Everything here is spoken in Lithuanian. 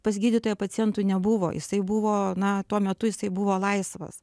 pas gydytoją pacientų nebuvo jisai buvo na tuo metu jisai buvo laisvas